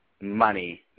Money